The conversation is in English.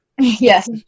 Yes